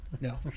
No